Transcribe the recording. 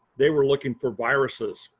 they were looking for viruses.